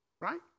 right